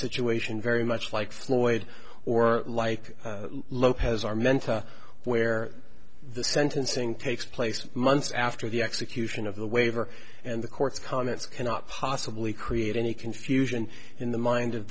situation very much like floyd or like lopez our mentor where the sentencing takes place months after the execution of the waiver and the court's comments cannot possibly create any confusion in the mind of